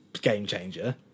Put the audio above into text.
game-changer